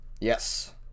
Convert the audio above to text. Yes